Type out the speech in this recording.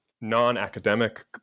non-academic